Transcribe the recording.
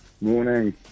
Morning